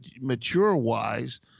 mature-wise